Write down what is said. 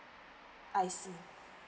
I see